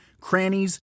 crannies